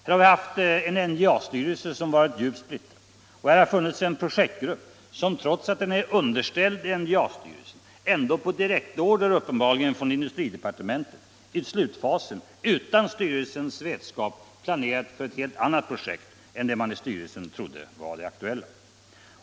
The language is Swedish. Här har vi haft en NJA-styrelse som varit djupt splittrad och här har funnits en projektgrupp, som trots att den är underställd NJA-styrelsen ändå på direktorder — uppenbarligen — från industridepartementet i slutfasen utan styrelsens vetskap planerat för ett helt annat projekt än det man i styrelsen trodde var det aktuella.